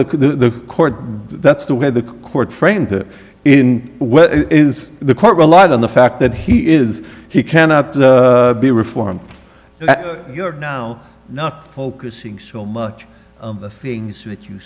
could the court that's the way the court framed in well is the court relied on the fact that he is he cannot be reformed you're now not focusing so much the things that you